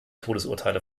todesurteile